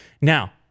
Now